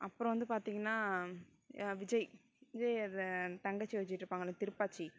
அப்புறம் வந்து பார்த்தீங்கன்னா விஜய் விஜய் அந்த தங்கச்சி வச்சுட்டு இருப்பங்கள்லே திருப்பாச்சி